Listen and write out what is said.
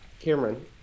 Cameron